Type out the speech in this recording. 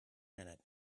minute